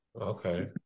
Okay